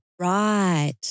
Right